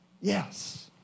Yes